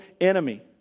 enemy